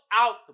out